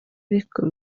ariko